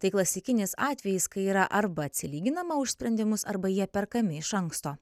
tai klasikinis atvejis kai yra arba atsilyginama už sprendimus arba jie perkami iš anksto